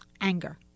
Anger